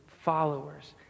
followers